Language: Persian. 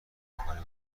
کار